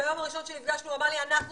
ביום הראשון שנפגשנו הוא אמר לי: אנחנו